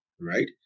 right